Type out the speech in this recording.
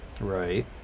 right